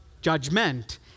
judgment